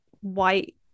white